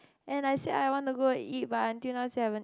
and I said I want to go and eat but until now still haven't